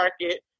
market